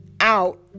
out